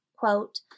quote